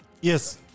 Yes